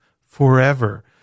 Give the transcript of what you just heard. forever